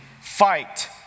fight